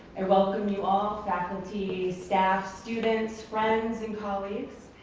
and welcome you all, faculty, staff, students, friends and colleagues.